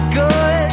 good